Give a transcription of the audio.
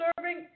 Serving